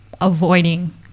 avoiding